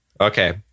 Okay